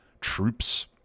troops